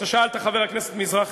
שאלת חבר הכנסת מזרחי,